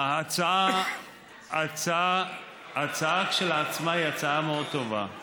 ההצעה כשלעצמה היא הצעה מאוד טובה,